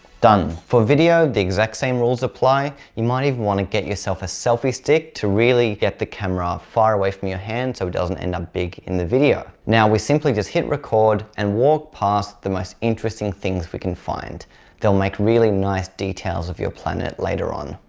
done! for video the exact same rules apply you might even want to get yourself a selfie stick to really get the camera far away from your hand so it doesn't end up big in the video now we simply just hit record and walk past the most interesting things we can find they'll make really nice details of your planet later on.